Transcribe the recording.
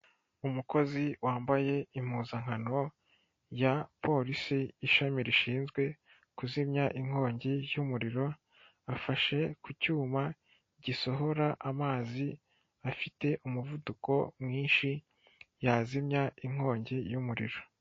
Umukozi wambaye impuzankano ya polisi ishami rishinzwe kuzimya inkongi y'umuriro, afashe ku cyuma gisohora amazi, afite umuvuduko mwinshi, yazimya inkongi y'umuriro.